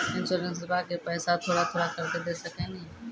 इंश्योरेंसबा के पैसा थोड़ा थोड़ा करके दे सकेनी?